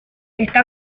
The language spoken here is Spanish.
está